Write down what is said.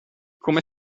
come